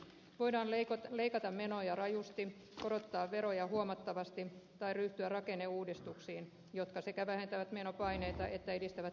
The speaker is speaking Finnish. voidaan leikata menoja rajusti korottaa veroja huomattavasti tai ryhtyä rakenneuudistuksiin jotka sekä vähentävät menopaineita että edistävät talouskasvua